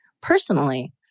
personally